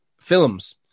films